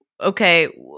okay